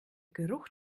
geruch